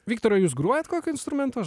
viktorai jūs grojat kokiu instrumentu aš